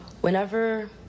whenever